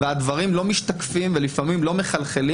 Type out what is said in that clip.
והדברים לא משתקפים ולפעמים לא מחלחלים